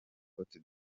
cote